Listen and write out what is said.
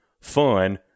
fun